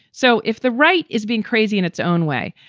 so if the right is being crazy in its own way,